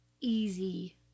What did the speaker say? easy